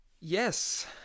Yes